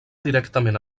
directament